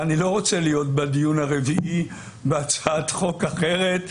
אני לא רוצה להיות בדיון הרביעי בהצעת חוק אחרת,